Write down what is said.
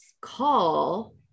call